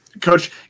Coach